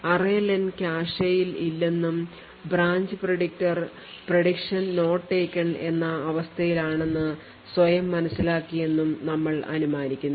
Array len കാഷെയിൽ ഇല്ലെന്നും branch predictor prediction not taken എന്ന അവസ്ഥയിലാണെന്നു സ്വയം മനസിലാക്കി എന്നും നമ്മൾ അനുമാനിക്കുന്നു